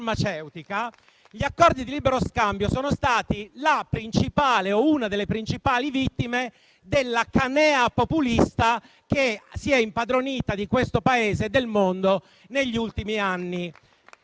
farmaceutica, sono stati la principale o una delle principali vittime della canea populista che si è impadronita di questo Paese e del mondo negli ultimi anni.